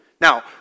Now